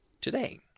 today